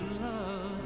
love